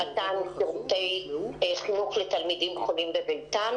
זה מתן שירותי חינוך לתלמידים חולים בביתם,